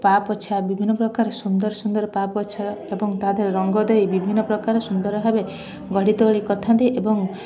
ପାପୋଛ ବିଭିନ୍ନ ପ୍ରକାର ସୁନ୍ଦର ସୁନ୍ଦର ପାପୋଛ ଏବଂ ତା ଦେହରେ ରଙ୍ଗଦେଇ ବିଭିନ୍ନ ପ୍ରକାର ସୁନ୍ଦର ଭାବେ ଗଢ଼ିତୋଳି କରଥାନ୍ତି ଏବଂ